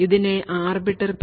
ഇതിനെ arbiter P